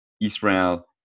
Israel